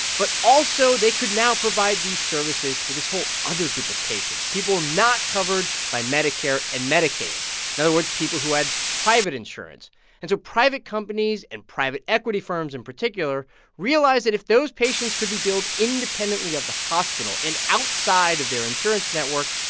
but also, they could now provide these services for this whole other group of patients, people not covered by medicare and medicaid in other words, people who had private insurance and so private companies and private equity firms in particular realized that if those patients could be billed independently of the hospital and outside of their insurance network,